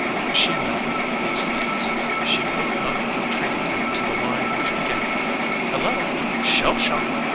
had she known these things she would not have treated him to the line which began hello, shell shock!